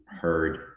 heard